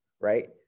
right